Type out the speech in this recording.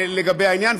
לגבי העניין,